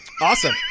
Awesome